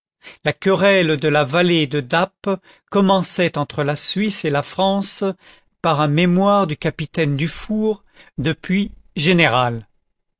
la querelle de la vallée des dappes commençait entre la suisse et la france par un mémoire du capitaine dufour depuis général